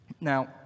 Now